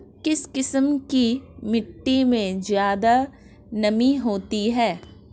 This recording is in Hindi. किस किस्म की मिटटी में ज़्यादा नमी होती है?